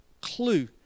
clue